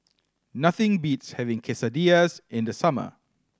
nothing beats having Quesadillas in the summer